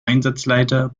einsatzleiter